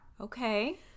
Okay